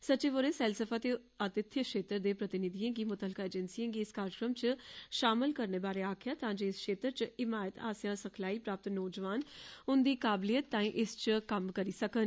सचिव होरें सैलसफे ते अतित्थय क्षेत्र दे प्रतिनिधिएं गी मुत्तलका एजेंसिएं गी इस कार्यक्रम च शामल करने बारे आक्खेआ तां जे इस क्षेत्र च हिमायत आस्सेआ सिखलाई प्राप्त नोजवान उंदी काबलियत लेई एह्दे च कम्म करी सकन